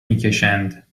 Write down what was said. میکشند